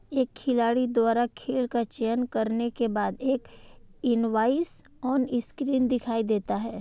एक खिलाड़ी द्वारा खेल का चयन करने के बाद, एक इनवॉइस ऑनस्क्रीन दिखाई देता है